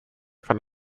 fand